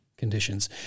Conditions